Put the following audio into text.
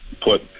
put